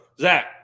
Zach